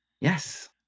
Yes